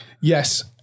yes